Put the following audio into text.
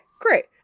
great